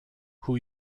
who